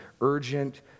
urgent